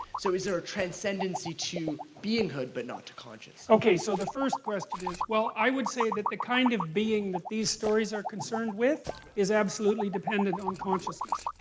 so is there a transcendency to being-hood but not to consciousness? okay, so the first question is, well, i would say that the kind of being that these stories are concerned with is absolutely dependent on consciousness.